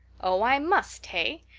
oh, i must, hey?